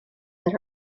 that